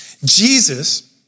Jesus